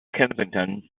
kensington